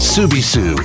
Subisu